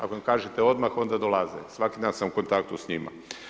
Ako im kažete odmah onda dolaze, svaki dan sam u kontaktu s njima.